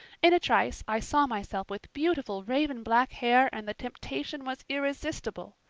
in a trice i saw myself with beautiful raven-black hair and the temptation was irresistible.